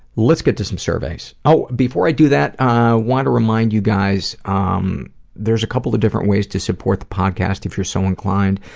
let's get to some surveys. oh, before i do that, i want to remind you guys, um there's a couple of different ways to support the podcast if you're so inclined.